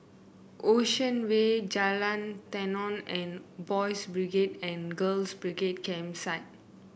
Ocean Way Jalan Tenon and Boys' Brigade and Girls' Brigade Campsite